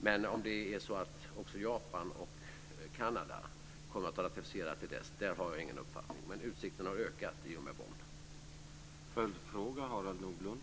Jag har ingen uppfattning om huruvida Japan och också Kanada kommer att ha ratificerat till dess. Men utsikterna har ökat i och med mötet i Bonn.